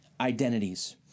identities